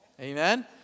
Amen